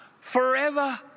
forever